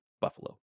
Buffalo